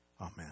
Amen